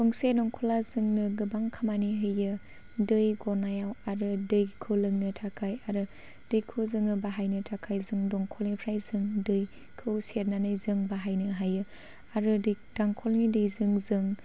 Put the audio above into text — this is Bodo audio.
गंसे दंख'ला जोंनो गोबां खामानि होयो दै गनायाव आरो दैखौ लोंनो थाखाय आरो दैखौ जोङो बाहायनो थाखाय जों दंखलनिफ्राय दैखौ सेरनानै बाहायनो हायो आरो दंखलनि दैजों जों